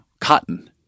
cotton